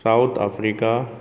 south Africa